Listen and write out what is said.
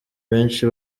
benshi